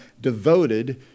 devoted